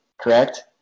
correct